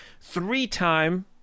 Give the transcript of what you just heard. three-time